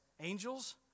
angels